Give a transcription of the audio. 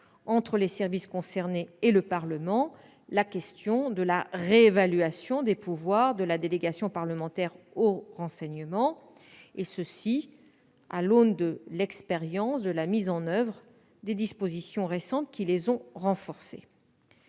entre les services concernés et le Parlement, la question de la réévaluation des pouvoirs de la délégation parlementaire au renseignement, à l'aune de l'expérience de la mise en oeuvre des dispositions récentes qui les ont renforcés.